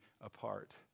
apart